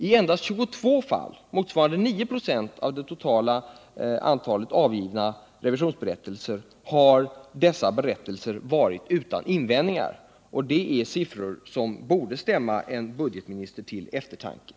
I endast 22 fall, motsvarande 9 96 av det totala antalet avgivna revisionsberättelser, har berättelserna varit utan invändningar. Det är siffror som borde stämma en budgetminister till eftertanke.